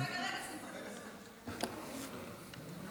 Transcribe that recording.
תרשה